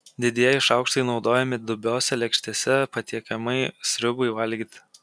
didieji šaukštai naudojami dubiose lėkštėse patiekiamai sriubai valgyti